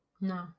No